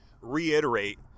reiterate